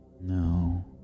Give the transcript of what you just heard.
No